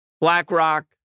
BlackRock